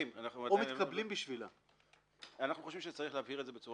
ולא נכנסנו להנחיה מי יכין את זה למועצה.